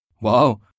Wow